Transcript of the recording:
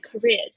careers